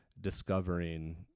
discovering